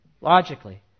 logically